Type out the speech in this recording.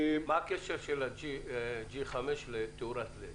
מה הקשר של 5G לתאורת לד?